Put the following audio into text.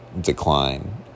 decline